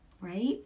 Right